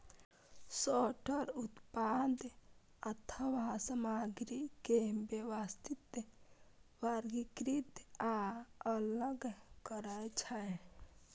sorter उत्पाद अथवा सामग्री के व्यवस्थित, वर्गीकृत आ अलग करै छै